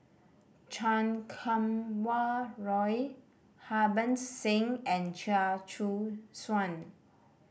Chan Kum Wah Roy Harbans Singh and Chia Choo Suan